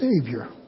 Savior